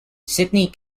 sydney